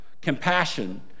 Compassion